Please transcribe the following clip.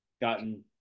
gotten